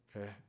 Okay